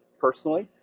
personally.